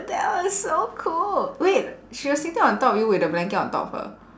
that was so cool wait she was sitting on top of you with the blanket on top of her